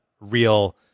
real